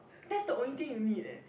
that's the only thing you need leh